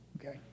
okay